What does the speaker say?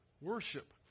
worship